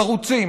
החרוצים,